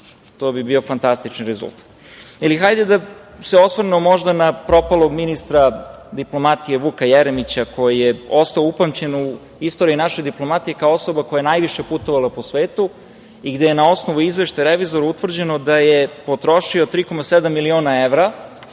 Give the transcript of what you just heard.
To bi bio fantastičan rezultat. Hajde da se osvrnemo možda na propalog ministra diplomatije, Vuka Jeremića koji je ostao upamćen u istoriji naše diplomatije kao osoba koja je najviše putovala po svetu i gde je na osnovu Izveštaja Revizora utvrđeno da je potrošio 3,7 miliona evra,